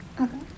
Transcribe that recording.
Okay